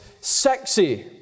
sexy